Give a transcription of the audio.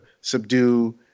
subdue